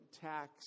tax